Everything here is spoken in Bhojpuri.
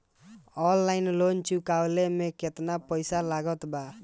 ऑनलाइन लोन चुकवले मे केतना पईसा लागत बा?